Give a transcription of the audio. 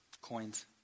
Coins